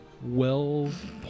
Twelve